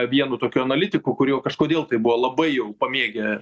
vienu tokiu analitiku kurį jau kažkodėl tai buvo labai jau pamėgę